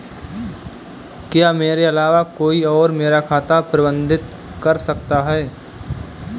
क्या मेरे अलावा कोई और मेरा खाता प्रबंधित कर सकता है?